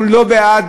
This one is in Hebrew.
אנחנו לא בעד